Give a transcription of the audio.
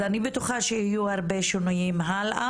אז אני בטוחה שיהיו הרבה שינויים הלאה,